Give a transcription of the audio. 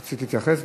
רצית להתייחס?